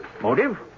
Motive